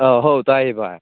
ꯍꯣ ꯇꯥꯏꯌꯦ ꯚꯥꯏ